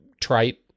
trite